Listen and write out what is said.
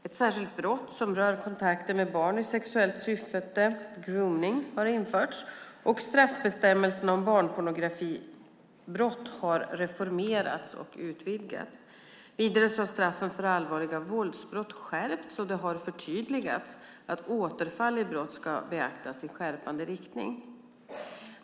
Ett särskilt brott som rör kontakter med barn i sexuellt syfte - gromning - har införts, och straffbestämmelserna om barnpornografibrott har reformerats och utvidgats. Vidare har straffen för allvarliga våldsbrott skärpts, och det har förtydligats att återfall i brott ska beaktas i skärpande riktning.